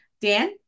Dan